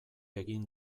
egin